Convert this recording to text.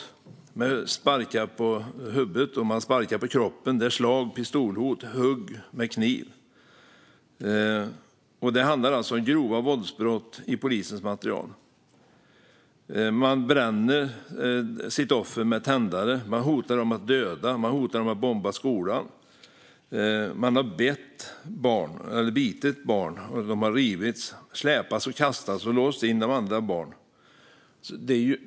Det är sparkar mot huvudet och kroppen. Det är slag, pistolhot och hugg med kniv. Det handlar alltså om grova våldsbrott i polisens material. Man bränner sitt offer med tändare. Man hotar med att döda det. Man hotar med att bomba skolan. Man har bitit barn. Barn har rivits, släpats, kastats och låsts in av andra barn.